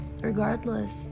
Regardless